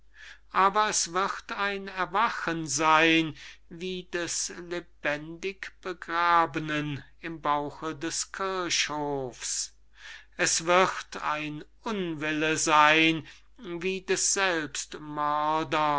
aber es wird ein erwachen seyn wie des lebendigbegrabenen im bauche des kirchhof's es wird ein unwille seyn wie des